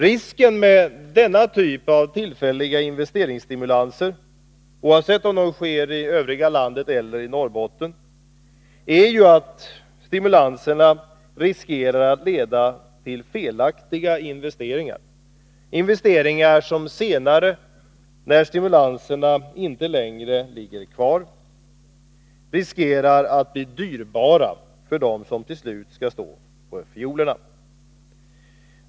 Risken med denna typ av tillfälliga investeringsstimulanser, oavsett om de sker i övriga landet eller i Norrbotten, är ju att stimulanserna riskerar att leda till felaktiga investeringar, investeringar som senare när stimulanserna inte längre ligger kvar riskerar att bli dyrbara för dem som till slut skall stå för fiolerna.